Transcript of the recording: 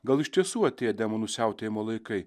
gal iš tiesų atėjo demonų siautėjimo laikai